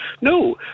No